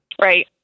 Right